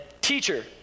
Teacher